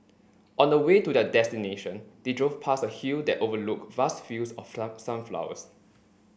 on the way to their destination they drove past a hill that overlooked vast fields of sunflowers